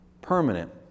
permanent